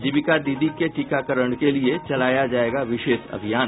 जीविका दीदी के टीकाकरण के लिए चलाया जायेगा विशेष अभियान